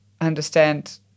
understand